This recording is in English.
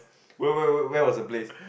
where where where was the place